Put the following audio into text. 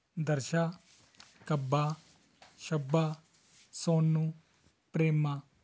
ਦਰਸ਼ਾ ਕੱਬਾ ਛੱਬਾ ਸੋਨੂੰ ਪ੍ਰੇਮਾ